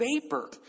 vapor